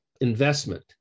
investment